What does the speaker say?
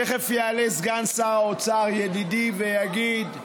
תכף יעלה סגן שר האוצר, ידידי, ויגיד: